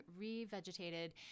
revegetated